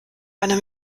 einer